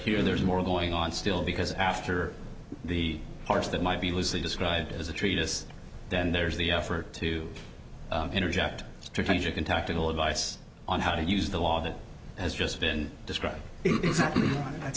here there's more going on still because after the parts that might be was they described as a treatise then there's the effort to interject strategic and tactical advice on how to use the law that has just been described exactly that's